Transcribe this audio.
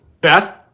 beth